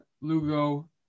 Lugo